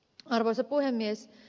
arvoisa puhemies